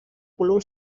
volum